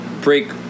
break